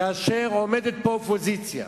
כאשר עומדת פה אופוזיציה,